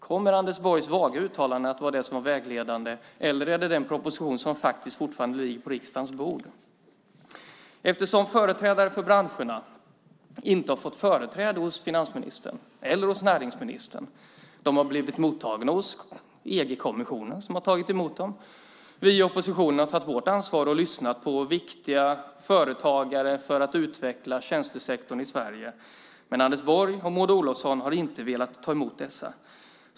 Kommer Anders Borgs vaga uttalanden att vara vägledande, eller är det den proposition som fortfarande ligger på riksdagens bord? Företrädare för branscherna har inte fått företräde hos finansministern eller hos näringsministern. De har dock blivit mottagna hos EG-kommissionen. Vi i oppositionen har tagit vårt ansvar och lyssnat på viktiga företagare för att utveckla tjänstesektorn i Sverige. Men Anders Borg och Maud Olofsson har inte velat ta emot dessa.